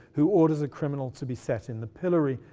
who orders a criminal to be set in the pillory,